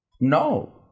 No